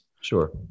Sure